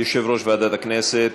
יושב-ראש ועדת הכנסת,